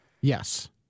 Yes